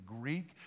Greek